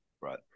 Right